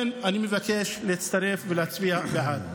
אני מבקש להצטרף ולהצביע בעד.